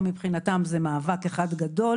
שמבחינתן כל יום הוא מאבק גדול,